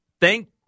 thank